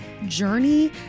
journey